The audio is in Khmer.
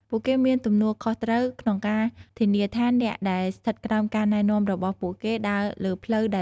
ពួកគេមានទំនួលខុសត្រូវក្នុងការធានាថាអ្នកដែលស្ថិតក្រោមការណែនាំរបស់ពួកគេដើរលើផ្លូវដែលត្រឹមត្រូវ។